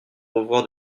revoir